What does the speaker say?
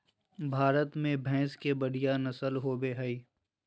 भारत में भैंस के बढ़िया नस्ल होबो हइ